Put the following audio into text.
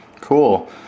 Cool